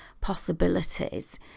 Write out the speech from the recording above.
possibilities